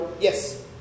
Yes